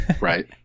right